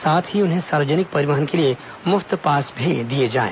साथ ही उन्हें सार्वजनिक परिवहन के लिए मुफ्त पास भी दिए जाएं